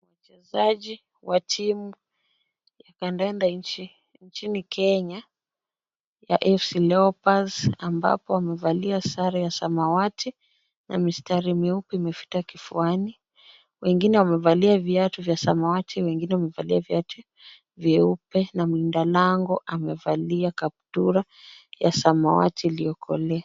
Wachezaji wa timu ya kandanda nchini Kenya ya Afc leopards ambapo wamevalia sare ya samawati na mistari meupe imepita kifuani. Wengine wamevalia viatu vya samawati wengine wamevalia viatu vyeupe na mlinda lango amevalia kaptura ya samawati iliyokolea.